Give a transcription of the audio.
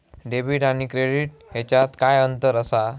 Debit आणि credit ह्याच्यात काय अंतर असा?